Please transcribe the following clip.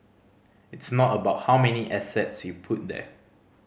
it's not about how many assets you put there